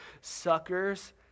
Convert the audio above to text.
suckers